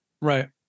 Right